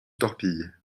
torpille